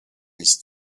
ist